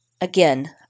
again